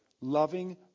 loving